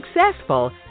successful